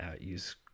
use